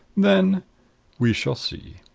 then we shall see.